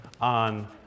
on